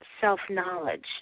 self-knowledge